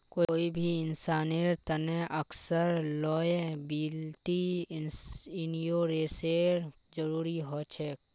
कोई भी इंसानेर तने अक्सर लॉयबिलटी इंश्योरेंसेर जरूरी ह छेक